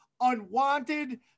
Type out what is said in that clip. unwanted